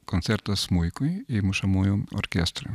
koncertą smuikui i mušamųjų orkestrui